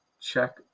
check